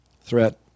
threat